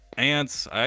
Ants